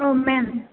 औ मेम